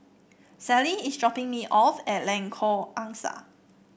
Celie is dropping me off at Lengkok Angsa